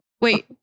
wait